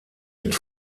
mit